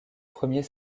premier